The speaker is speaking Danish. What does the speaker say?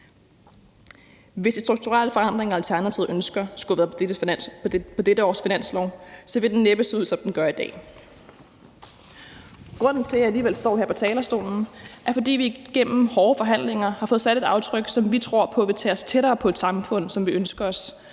Hvis de strukturelle forandringer, Alternativet ønsker, skulle have været på dette års finanslov, ville den næppe se ud, som den gør i dag. Grunden til, at jeg alligevel står her på talerstolen, er, at vi igennem hårde forhandlinger har fået sat et aftryk, som vi tror på vil tage os tættere på et samfund, som vi ønsker os